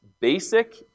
basic